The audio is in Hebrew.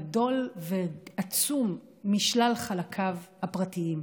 לגדול ועצום משלל חלקיו הפרטיים.